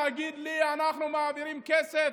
ותגיד לי אנחנו מעבירים כסף,